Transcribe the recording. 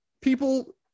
People